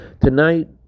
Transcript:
Tonight